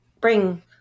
bring